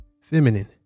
feminine